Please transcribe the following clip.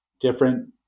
different